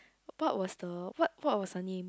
what was the what what was her name